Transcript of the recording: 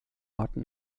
orten